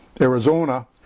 Arizona